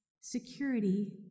security